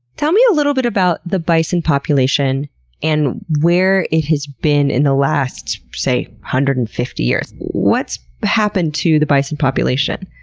tell me a little bit about the bison population and where it has been in the last, say, one hundred and fifty years. what's happened to the bison population?